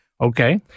Okay